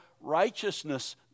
righteousness